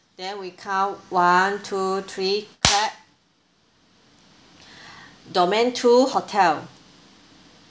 then we count one two three clap domain two hotel